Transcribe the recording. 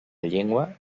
llengua